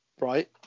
right